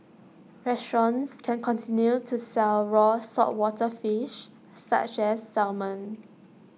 restaurants can continue to sell raw saltwater fish such as salmon